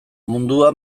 mundua